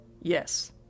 Yes